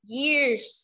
years